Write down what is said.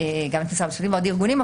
את משרד המשפטים ועוד ארגונים,